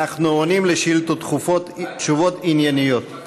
אנחנו עונים על שאילתות דחופות תשובות ענייניות.